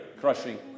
crushing